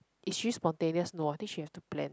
is she spontaneous no I think she has to plan